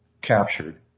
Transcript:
captured